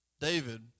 David